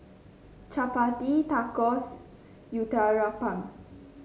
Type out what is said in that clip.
Chapati Tacos Uthapam